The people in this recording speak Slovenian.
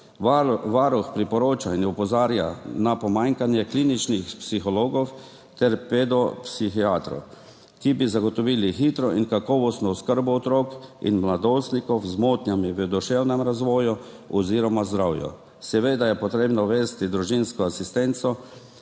Varuh priporoča in opozarja na pomanjkanje kliničnih psihologov ter pedopsihiatrov, ki bi zagotovili hitro in kakovostno oskrbo otrok in mladostnikov z motnjami v duševnem razvoju oziroma zdravju. Seveda je potrebno uvesti družinsko asistenco.